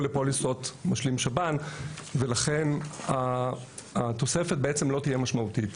לפוליסות משלים שב"ן ולכן התוספת בעצם לא תהיה משמעותית.